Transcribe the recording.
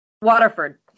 Waterford